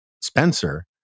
Spencer